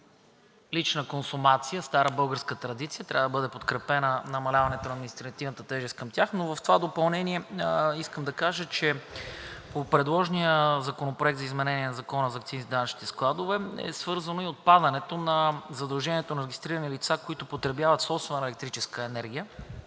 лична консумация – стара българска традиция. Трябва да бъде подкрепено намаляването на административната тежест към тях. В това допълнение искам да кажа, че по предложения Законопроект за изменение на Закона за акцизите и данъчните складове е свързано и отпадането на задължението на регистрирани лица, които потребяват собствена електрическа енергия,